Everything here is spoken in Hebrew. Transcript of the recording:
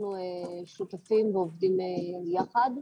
שאנחנו שותפים ועובדים ביחד.